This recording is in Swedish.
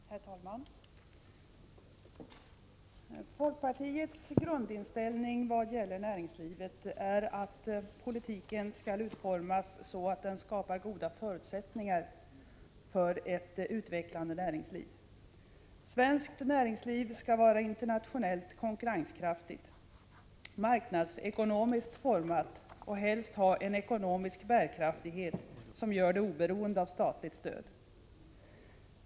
Herr talman! Folkpartiets grundinställning vad gäller näringspolitiken är att den skall utformas så att den skapar förutsättningar för ett utvecklande näringsliv. Svenskt näringsliv skall vara internationellt konkurrenskraftigt, marknadsekonomiskt format och helst ha en ekonomisk bärkraftighet som gör det oberoende av statligt stöd.